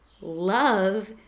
love